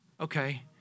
Okay